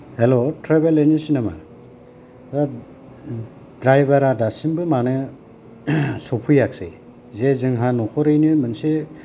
hello travel agency नामा हाब द्रायभारा दासिमबो मानो सफैयाखसै जे जोंहा नखरैनो मोनसे